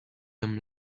them